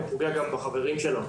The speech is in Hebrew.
פוגע גם בחברים שלו,